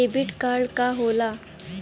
Debit card का होला?